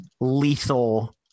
lethal